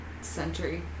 century